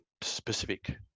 specific